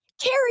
Carrie –